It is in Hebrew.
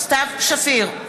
סתיו שפיר,